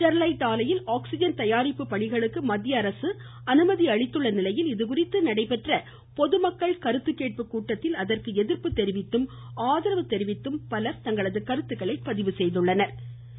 Sterlite ஆலையில் oxygen தயாரிப்பு பணிகளுக்கு மத்திய அரசு அனுமதி அளித்துள்ள நிலையில் இதுகுறித்து நடைபெற்ற பொதுமக்கள் கருத்து கேட்பு கூட்டத்தில் அதற்கு எதிர்ப்பு தெரிவித்தும் ஆதரவு தெரிவித்தும் பலர் தங்களது கருத்துக்களை பதிவு செய்தனர்